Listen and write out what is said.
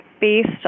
based